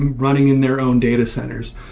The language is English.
and running in their own data centers.